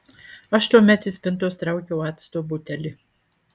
aš tuomet iš spintos traukiau acto butelį